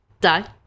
die